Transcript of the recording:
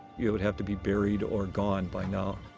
it would have to be buried or gone by now.